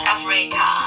Africa